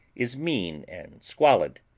is mean and squalid.